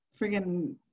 friggin